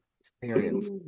experience